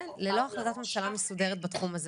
ללא החלטת ממשלה מסודרת בתחום הזה